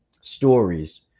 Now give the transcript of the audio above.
stories